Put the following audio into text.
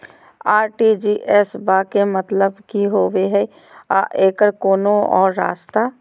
RTGS बा के मतलब कि होबे हय आ एकर कोनो और रस्ता?